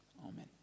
Amen